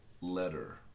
letter